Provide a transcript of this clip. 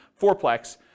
fourplex